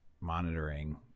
monitoring